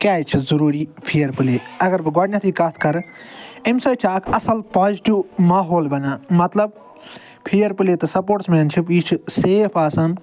کیٛازِ چھےٚ ضٔروٗری فِیَر پٕلے اگر بہٕ گۄڈٕنٮ۪تھٕے کَتھ کَرٕ اَمہِ سۭتۍ چھِ اکھ اصٕل پازِٹیوٗ ماحول بنان مطلب فِیَر پٕلے تہٕ سَپوٹٕسمینشِپ یہِ چھِ سیف آسان